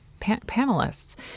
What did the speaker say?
panelists